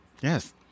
Yes